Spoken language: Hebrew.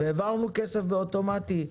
העברנו כסף באוטומטי.